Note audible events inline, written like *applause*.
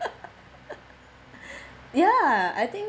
*laughs* ya I think